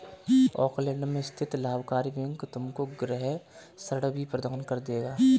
Auckland में स्थित लाभकारी बैंक तुमको गृह ऋण भी प्रदान कर देगा